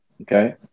Okay